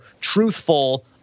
truthful